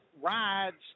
rides